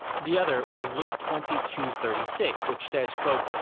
the other was luke twenty two thirty six which says,